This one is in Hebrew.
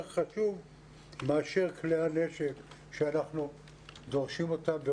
חשוב מאשר כלי הנשק שאנחנו דורשים אותם.